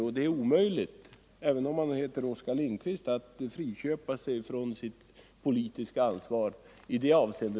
Och det är omöjligt, även om man heter Oskar Lindkvist, att frånkänna sig sitt politiska ansvar i detta avseende!